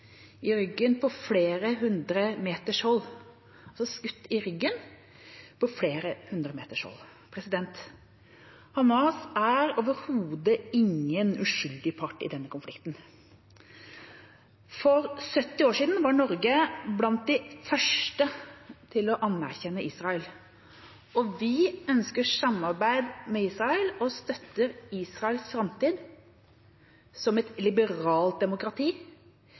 i ryggen på flere hundre meters hold. Hamas er overhodet ingen uskyldig part i denne konflikten. For 70 år siden var Norge blant de første til å anerkjenne Israel. Vi ønsker samarbeid med Israel og støtter Israels framtid som et liberalt demokrati,